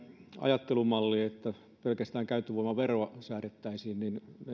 ajattelumalli että pelkästään käyttövoimaveroa säädettäisiin